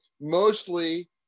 Mostly